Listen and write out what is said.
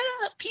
up